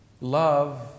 Love